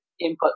input